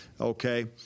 Okay